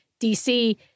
DC